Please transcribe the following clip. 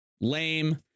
lame